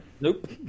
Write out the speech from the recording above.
Nope